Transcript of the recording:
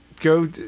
Go